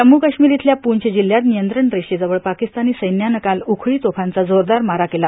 जम्मू कश्मीर इथल्या पूंछ जिल्ह्यात नियंत्रण रेषेजवळ पाकिस्तानी सैन्यानं काल उखळी तोफांचा जोरदार मारा केला